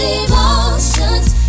emotions